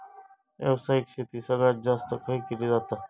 व्यावसायिक शेती सगळ्यात जास्त खय केली जाता?